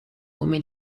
come